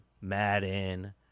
Madden